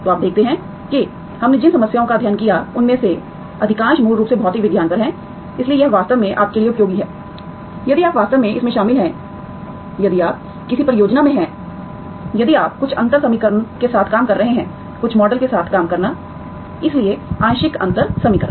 तो आप देखते हैं कि हमने जिन समस्याओं का अध्ययन किया है उनमें से अधिकांश मूल रूप से भौतिक विज्ञान पर हैं इसलिए यह वास्तव में आपके लिए उपयोगी है यदि आप वास्तव में इसमें शामिल हैं यदि आप किसी परियोजना में हैं यदि आप कुछ अंतर समीकरण के साथ काम कर रहे हैं कुछ मॉडल के साथ काम करना इसलिए आंशिक अंतर समीकरण